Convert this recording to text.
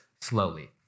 slowly